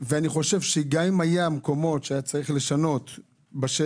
ואני חושב שגם אם היו מקומות שהיה צריך לשנות בשאלון,